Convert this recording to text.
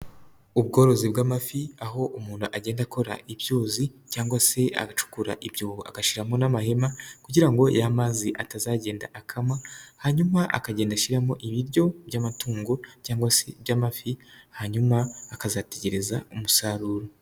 Ubworozi bw'amafi, aho umuntu agenda akora ibyuzi cyangwa se agacukura ibyobo agashyiramo n'amahema kugira ngo ya mazi atazagenda akama, hanyuma akagenda ashyiramo ibiryo by'amatungo cyangwa se by'amafi, hanyuma akazategereza umusaruro.